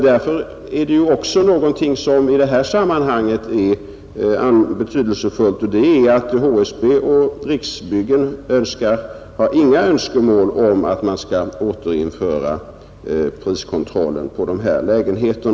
Det är därför i sammanhanget också betydelsefullt att HSB och Riksbyggen inte har några önskemål om att vi skall återinföra priskontrollen på dessa lägenheter.